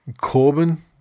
Corbin